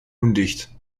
undicht